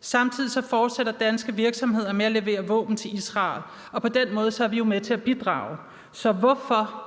Samtidig fortsætter danske virksomheder med at levere våben til Israel, og på den måde er vi jo med til at bidrage. Så hvorfor